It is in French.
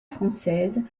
française